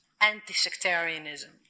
anti-sectarianism